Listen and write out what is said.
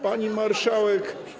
Pani Marszałek!